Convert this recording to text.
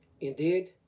Indeed